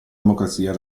democrazia